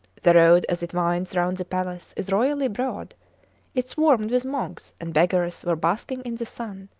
the road as it winds round the palace is royally broad it swarmed with monks, and beggars were basking in the sun.